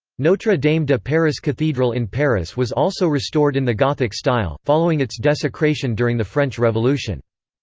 notre dame de paris cathedral in paris was also restored in the gothic style, following its desecration during the french revolution.